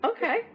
Okay